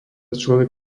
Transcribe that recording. človek